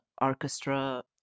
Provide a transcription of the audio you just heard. orchestra